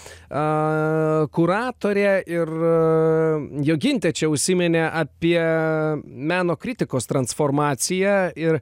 a kuratorė ir jogintė čia užsiminė apie meno kritikos transformaciją ir